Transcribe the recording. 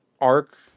Arc